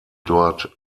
dort